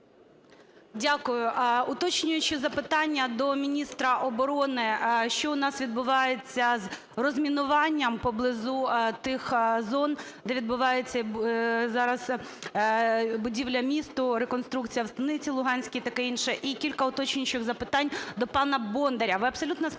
Дякую. Уточнююче запитання до міністра оборони. Що у нас відбувається з розмінуванням поблизу тих зон, де відбувається зараз будівля місту, реконструкція в Станиці Луганській і таке інше? І кілька уточнюючих запитань до пана Бондаря. Ви абсолютно справедливо